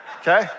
okay